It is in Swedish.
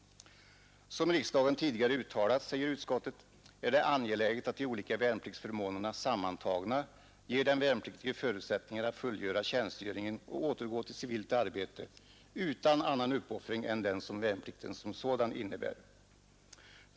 Som riksdagen tidigare har uttalat ——— är det angeläget att de olika värnpliktsförmånerna sammantagna ger den värnpliktige förutsättningar att fullgöra tjänstgöringen och återgå till civilt arbete utan annan uppoffring än den som värnplikten som sådan innebär.